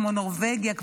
כמו נורבגיה,